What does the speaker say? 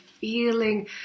feeling